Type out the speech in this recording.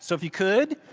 so if you could,